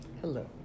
Hello